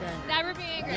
never be